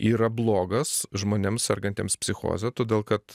yra blogas žmonėms sergantiems psichoze todėl kad